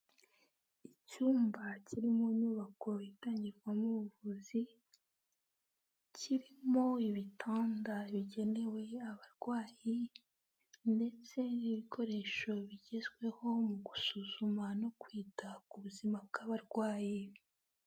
Icyumba kiri mu nyubako itangirwamo ubuvuzi, kirimo ibitanda bigenewe abarwayi ndetse n'ibikoresho bigezweho mu gusuzuma no kwita ku buzima bw'abarwayi.